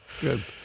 Good